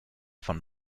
von